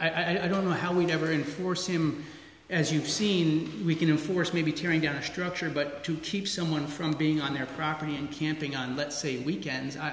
i don't know how we never enforced him as you've seen we can enforce maybe tearing our structure but to keep someone from being on their property and camping on let's say weekends i